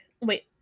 wait